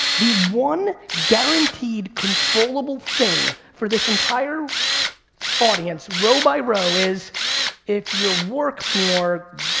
the one guaranteed controllable thing for this entire audience, row by row, is if you work more,